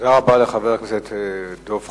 תודה רבה לחבר הכנסת דב חנין.